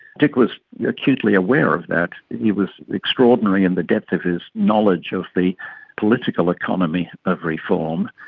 dick was acutely aware of that, he was extraordinary in the depth of his knowledge of the political economy of reform.